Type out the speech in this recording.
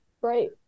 Right